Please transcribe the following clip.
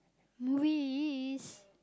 movies